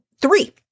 three